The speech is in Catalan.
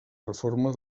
reforma